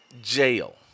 jail